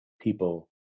people